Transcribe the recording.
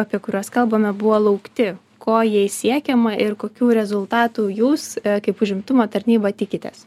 apie kuriuos kalbame buvo laukti ko jais siekiama ir kokių rezultatų jūs kaip užimtumo tarnyba tikitės